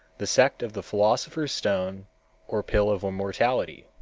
the sect of the philosopher's stone or pill of immortality.